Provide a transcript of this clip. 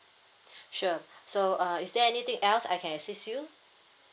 sure so uh is there anything else I can assist you